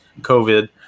COVID